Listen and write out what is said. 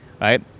Right